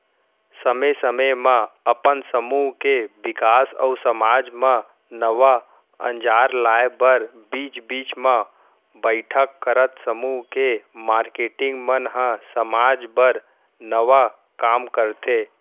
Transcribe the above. समे समे म अपन समूह के बिकास अउ समाज म नवा अंजार लाए बर बीच बीच म बइठक करत समूह के मारकेटिंग मन ह समाज बर नवा काम करथे